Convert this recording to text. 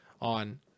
on